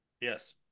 Yes